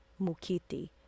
Mukiti